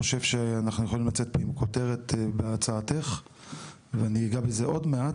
חושב שאנחנו יכולים לצאת פה עם כותרת בהצעתך ואני אגע בזה עוד מעט,